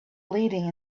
leading